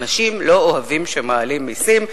אנשים לא אוהבים שמעלים מסים,